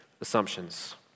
assumptions